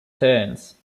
turns